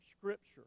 Scripture